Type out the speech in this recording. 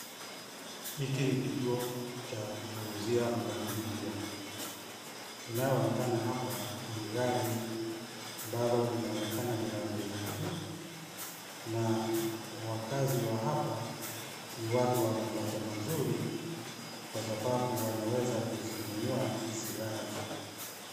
Hiki ni kituo cha kuuzia magari mpya. Inayoonekana hapa ni gari ambalo linaonekana ni la bei la juu na wakaazi wa hapa ni watu wa mapato mazuri kwa sababu wanaweza kuzinunua hizi gari.